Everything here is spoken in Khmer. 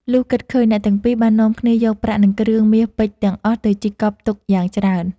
លុះគិតឃើញ អ្នកទាំងពីរបាននាំគ្នាយកប្រាក់និងគ្រឿងមាសពេជ្រទាំងអស់ទៅជីកកប់ទុកយ៉ាងច្រើន។